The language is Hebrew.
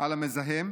על המזהם,